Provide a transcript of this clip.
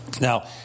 Now